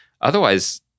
otherwise